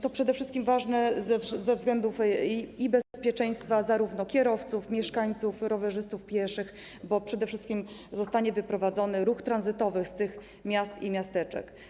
To przede wszystkim ważne ze względów bezpieczeństwa zarówno kierowców, jak i mieszkańców, rowerzystów, pieszych, bo przede wszystkim zostanie wyprowadzony ruch tranzytowy z tych miast i miasteczek.